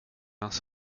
hans